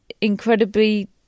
incredibly